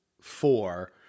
four